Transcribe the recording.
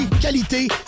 qualité